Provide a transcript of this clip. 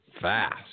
fast